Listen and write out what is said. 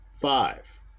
five